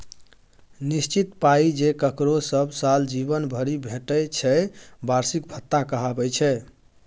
निश्चित पाइ जे ककरो सब साल जीबन भरि भेटय छै बार्षिक भत्ता कहाबै छै